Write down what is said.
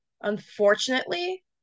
unfortunately